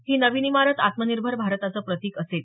ही नवीन इमारत आत्मनिर्भर भारताचं प्रतिक असेल